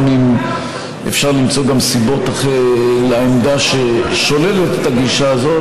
גם אם אפשר למצוא סיבות לעמדה ששוללת את הגישה הזאת.